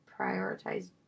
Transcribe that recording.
prioritize